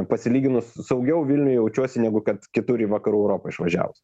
pasilyginus saugiau vilniuj jaučiuosi negu kad kitur į vakarų europą išvažiavus